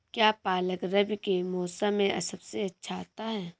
क्या पालक रबी के मौसम में सबसे अच्छा आता है?